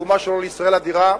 התרומה שלו לישראל אדירה,